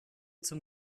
zum